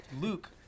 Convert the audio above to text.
Luke